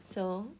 so